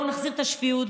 בואו נחזיר את השפיות,